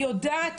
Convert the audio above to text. אני יודעת,